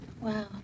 Wow